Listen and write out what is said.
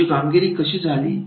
त्यांची कामगिरी कशी झाली